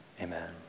amen